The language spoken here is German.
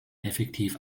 effektiv